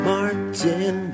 Martin